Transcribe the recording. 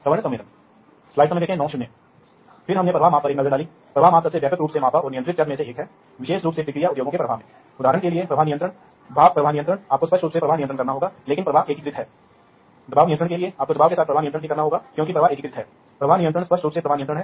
इसलिए पहले क्षेत्र की निगरानी करने वाले उपकरण अनजाने में थे और इसलिए सभी नियंत्रण निगरानी गतिविधियों को एक मेजबान कंप्यूटर पर स्थित करना पड़ता था